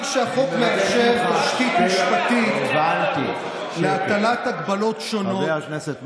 היות שהתקנות על נתב"ג לגבי הכניסה והיציאה,